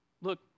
look